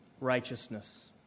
righteousness